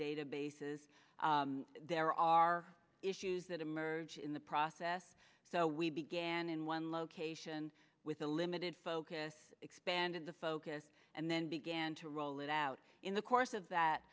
databases there are issues that emerge in the process so we began in one location with a limited focus expanded the focus and then began to roll it out in the course of that